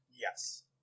Yes